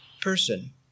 person